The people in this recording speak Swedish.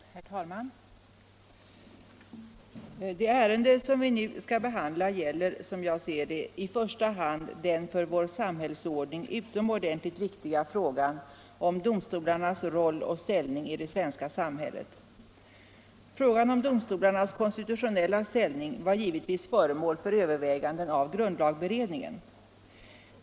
Herr talman! Det ärende som vi nu skall behandla gäller, som jag ser det, i första hand den för vår samhällsordning utomordentligt viktiga frågan om dolstolarnas roll och ställning i det svenska samhället. Frågan om domstolarnas konstitutionella ställning var givetvis föremål för överväganden av grundlagberedningen.